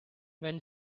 when